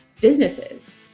businesses